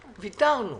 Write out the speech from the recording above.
ויתרנו.